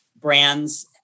brands